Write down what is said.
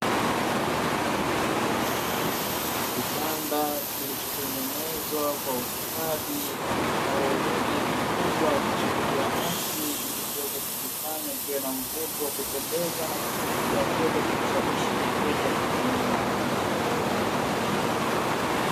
Kitanda kilichotengenezwa kwa ustadi na weledi mkubwa kilichotiwa nakshi, ili kuweza kukifanya kiwe na mvuto wa kupendeza na kuvutia kuweza kumshawishi mteja kununua.